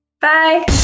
Bye